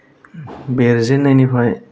बेरजेननायनिफ्राय